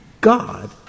God